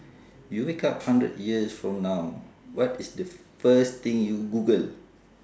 you wake up hundred years from now what is the first thing you google